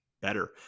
better